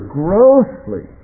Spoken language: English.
grossly